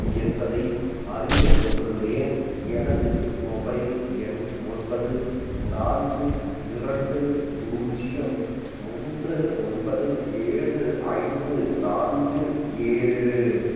என்பதை அறிய விரும்புகின்றேன் எனது மொபைல் எண் ஒன்பது நான்கு இரண்டு பூஜ்ஜியம் மூன்று ஒன்பது ஏழு ஐந்து நான்கு ஏழு